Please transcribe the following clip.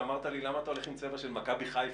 ואמרת לי: למה אתה הולך עם צבע של מכבי חיפה?